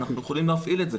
אנחנו יכולים להפעיל את זה,